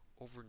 over